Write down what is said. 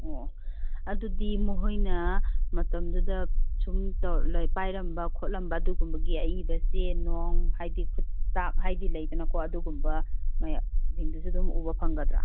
ꯑꯣ ꯑꯣ ꯑꯗꯨꯗꯤ ꯃꯈꯣꯏꯅ ꯃꯇꯝꯗꯨꯗ ꯁꯨꯝ ꯇꯧ ꯄꯥꯏꯔꯝꯕ ꯈꯣꯠꯂꯝꯕ ꯑꯗꯨꯒꯨꯝꯕꯒꯤ ꯑꯏꯕ ꯆꯦ ꯅꯣꯡ ꯍꯥꯏꯕꯗꯤ ꯈꯨꯠꯇꯥꯛ ꯍꯥꯏꯕꯗꯤ ꯂꯩꯗꯅꯀꯣ ꯑꯗꯨꯒꯨꯝꯕ ꯃꯌꯥꯝꯁꯤꯡꯗꯨꯁꯨ ꯑꯗꯨꯝ ꯎꯕ ꯐꯪꯒꯗ꯭ꯔ